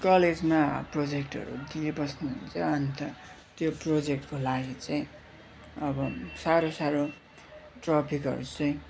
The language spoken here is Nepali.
कलेजमा प्रोजेक्टहरू दिएपछि चाहिँ अन्त त्यो प्रोजेक्टको लागि चाहिँ अब साह्रो साह्रो टपिकहरू चाहिँ